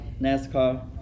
NASCAR